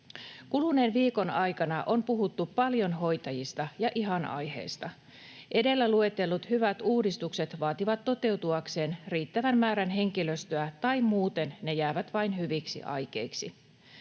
Kuluneen viikon aikana on puhuttu paljon hoitajista, ja ihan aiheesta. Edellä luetellut hyvät uudistukset vaativat toteutuakseen riittävän määrän henkilöstöä, tai muuten ne jäävät vain hyviksi aikeiksi.